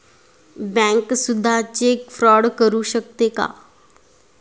Bank सुद्धा cheque fraud करू शकते का?